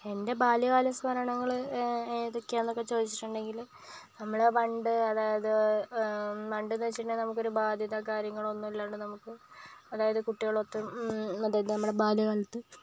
എൻ്റെ ബാല്യകാല സ്മരണകൾ ഏതൊക്കെയാണെന്ന് ചോദിച്ചിട്ടുണ്ടെങ്കിൽ നമ്മൾ പണ്ട് അതായത് പണ്ടെന്നു വെച്ചിട്ടുണ്ടെങ്കിൽ നമുക്കൊരു ബാധ്യത കാര്യങ്ങൾ ഒന്നുമിലാണ്ട് നമുക്ക് അതായത് കുട്ടികളൊത്ത് അതായത് നമ്മുടെ ബാല്യകാലത്ത്